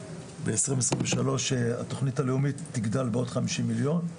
שב-2023 התכנית הלאומית תגדל בעוד חמישים מיליון.